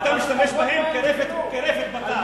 ואתה משתמש בהם כרפת לבקר.